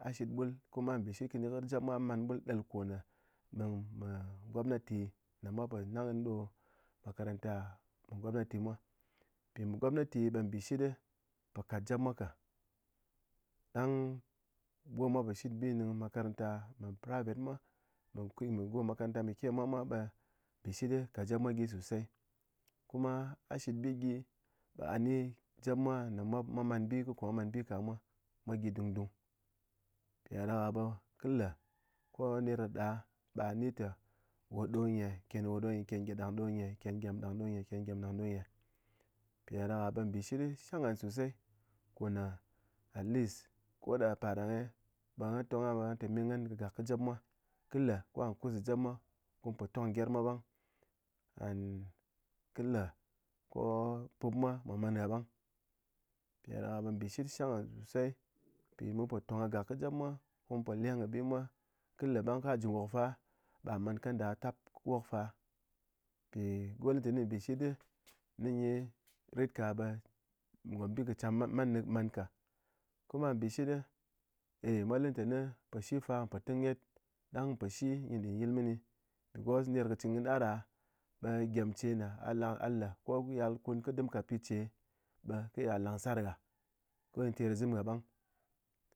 A shɨt ɓul kuma mbɨshit kɨni jɨp mwa man ɓul ɗel ne néng me gobnati ne mwa pó nang nyi ɗo makaranta me gobnati mwa mpɨ me gognati ɓe mbɨshit ɗe po kat jɨp mwa ka ɗang go mwa po shɨtbi ŋeng makaranta me private mwa me go makaranta me ƙe mwa be mbɨshitɗe kat jip mwa gyi sosey ong be ngán te ngán kɨ gak kɨ jɨp mwa kɨ le ko ngá kus de jɨp mwa ko mu tong kɨ gyɨrep mwa bang and kɨ le ko pup mwa mwá m kuma a shitbi gyi be gah ni jɨp mwa ne mwa man bi kɨ ko mwa man bi ka mwa mwa gyi dungdung mpi dádaká be kɨ le ko ner da ɓe a ni teh we ɗo nye ken we do nyi eh ken ɗyem dang do nyi eh ken ɗyem dang do nyi eh mpi dádaká be mbɨshit shang ngàn sosey kona at least koda pàrdàng eh be gah tan gah bang mpi dádaká be mbishit shang ngán sosey mpi mun pó tong kɨ gak kɨ jɨp mwa ko mun pó leng bi mwa kɨ le bang ko a ji nwok fa be ngáh man kanda ngáh tap wok fa, mpi go le tene mbɨshitɗe ne nyi rit ka be gombi kɨ cham man nyi man ka kuma mbɨshit ey mwa te ne po shi fa npoteng nyet dang poshi nyi nden yil minɨ because ner chɨn kɨ ni ah da be gyem ce na a le ko kɨ yal kun ke dem kat pi ce be kɨ iya lang sar gha ko nyi ter ka zem gah bang